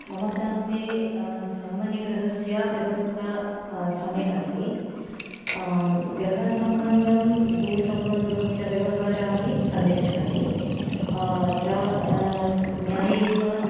मम प्रान्ते सामान्यगृहस्य व्यवस्था सम्यक् अस्ति गृहसम्बद्धं भूसम्बद्धं च व्यवहारः अपि सम्यक् चलति अत्र न्याययुत